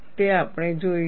તે આપણે જોઈશું